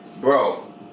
bro